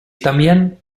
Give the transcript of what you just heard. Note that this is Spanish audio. también